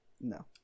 No